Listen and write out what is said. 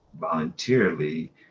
voluntarily